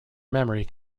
memory